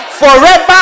Forever